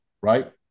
right